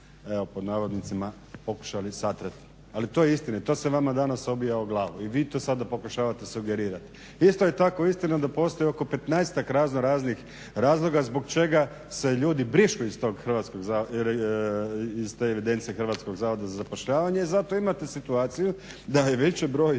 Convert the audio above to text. reći tada ste nas "pokušali satrati", ali to je istina i to se vama danas obija o glavu i vi to sada pokušavate sugerirati. Isto je tako istina da postoji oko 15 razno raznih razloga zbog čega se ljudi brišu iz tog Hrvatskog zavoda, iz te evidencije Hrvatskog zavoda za zapošljavanje. Zato imate situaciju da je veći broj,